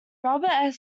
robert